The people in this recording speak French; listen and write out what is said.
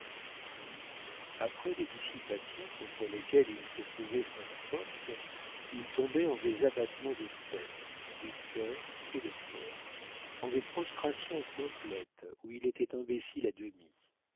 puis après des dissipations contre lesquelles il se trouvait sans force il tombait en des abattements de tête de cœur et de corps en des prostrations complètes où il était imbécile à demi